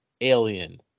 Alien